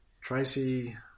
Tracy